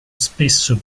spesso